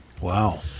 Wow